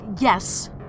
Yes